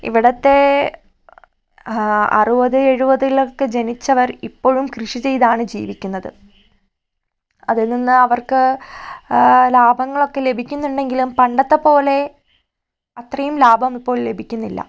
ഇവിടെത്തെ അറുപത് എഴുപതിലും ഒക്കെ ജനിച്ചവർ ഇപ്പോഴും കൃഷി ചെയ്താണ് ജീവിക്കുന്നത് അത്പിന്നെ അവർക്ക് ലാഭങ്ങളൊക്കെ ലഭിക്കുന്നുണ്ടെങ്കിലും പണ്ടത്തെപോലെ അത്രയും ലാഭം ഇപ്പം ലഭിക്കുന്നില്ല